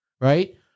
right